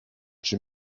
czy